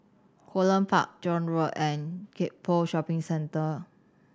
Holland Park John Road and Gek Poh Shopping Centre